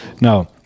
now